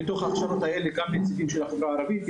בתוך ההכשרות האלה גם נציגים של החברה הערבית.